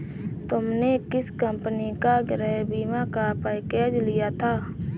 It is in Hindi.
तुमने किस कंपनी का गृह बीमा का पैकेज लिया था?